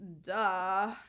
duh